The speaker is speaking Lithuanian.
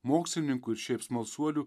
mokslininkų ir šiaip smalsuolių